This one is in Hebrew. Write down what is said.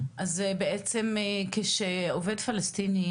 אז בעצם כשעובד פלסטיני,